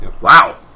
Wow